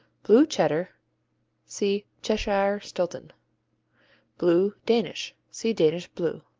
blue cheddar see cheshire-stilton. blue, danish see danish blue.